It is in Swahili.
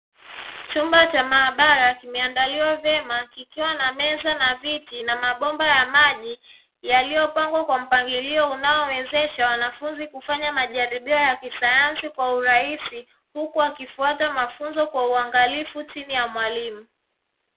Chumba cha mahabara kimeandaliwa vyema kikiwa na meza na viti na mabomba ya maji yaliyopangwa kwa mpangilio uwawezesha wanafunzi kufanya majaribio ya kisayansi kwa urahisi, huku akifuata mafunzo kwa uangalifu chini ya mwalimu.